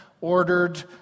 ordered